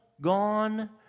gone